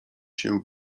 się